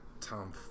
Tom